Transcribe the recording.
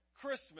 Christmas